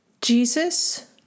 Jesus